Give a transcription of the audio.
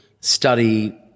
study